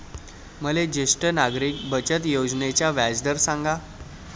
मले ज्येष्ठ नागरिक बचत योजनेचा व्याजदर सांगा